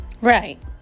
right